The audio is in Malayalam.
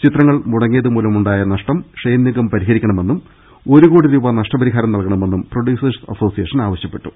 ചിത്രങ്ങൾ മുടങ്ങിയത് മൂലമുണ്ടായ നഷ്ടം ഷെയ്ൻനിഗം പരിഹ ട രിക്കണമെന്നും ഒരു കോടി രൂപ നഷ്ടപരിഹാരം നൽകണമെന്നും പ്രൊഡ്യൂസേഴ്സ് അസോസിയേഷൻ ആവശ്യപ്പെട്ടു